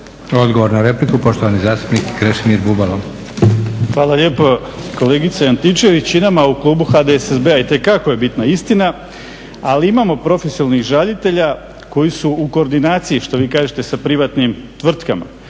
Odgovor na repliku, poštovani zastupnik Krešimir Bubalo. **Bubalo, Krešimir (HDSSB)** Hvala lijepo. Kolegice Antičević, i nama u klubu HDSSB-a itekako je bitna, ali imamo profesionalnih žalitelja koji su u koordinaciji, što vi kažete, sa privatnim tvrtkama.